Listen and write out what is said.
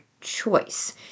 choice